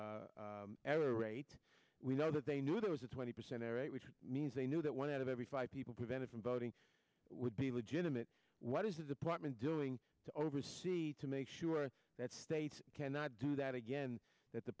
rate we know that they knew there was a twenty percent error rate which means they knew that one out of every five people prevented from voting would be legitimate what is his apartment doing to oversee to make sure that states cannot do that again that the